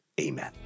Amen